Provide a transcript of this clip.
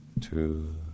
two